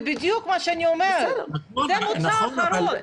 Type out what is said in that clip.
זה בדיוק מה שאני אומרת, זה מוצא אחרון.